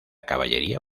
caballería